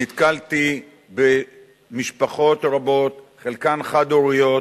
נתקלתי במשפחות רבות, חלקן חד-הוריות,